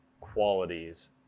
qualities